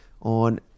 on